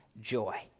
joy